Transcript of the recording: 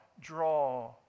Draw